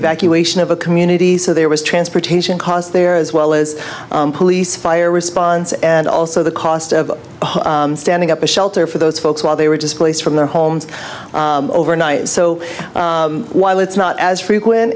evacuation of a community so there was transportation costs there as well as police fire response and also the cost of standing up a shelter for those folks while they were displaced from their homes overnight so while it's not as frequent